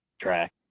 track